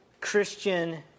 Christian